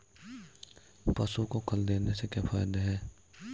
पशु को खल देने से क्या फायदे हैं?